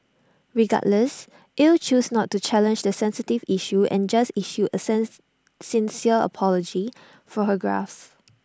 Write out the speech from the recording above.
regardless Ell chose not to challenge the sensitive issue and just issued A sense sincere apology for her gaffes